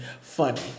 funny